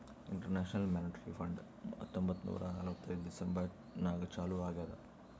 international Monetary Fund ಹತ್ತೊಂಬತ್ತ್ ನೂರಾ ನಲ್ವತ್ತೈದು ಡಿಸೆಂಬರ್ ನಾಗ್ ಚಾಲೂ ಆಗ್ಯಾದ್